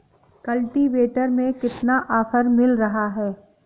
Cultivator में कितना offer मिल रहा है?